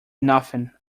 nothing